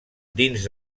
dins